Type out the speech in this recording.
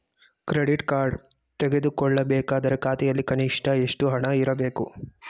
Credit card ತೆಗೆದುಕೊಳ್ಳಬೇಕಾದರೆ ಖಾತೆಯಲ್ಲಿ ಕನಿಷ್ಠ ಎಷ್ಟು ಹಣ ಇರಬೇಕು?